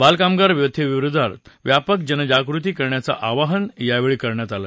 बालकामगार व्यवस्थेविरोधात व्यापक जनजागृती करण्याचं आवाहन यावेळी करण्यात आलं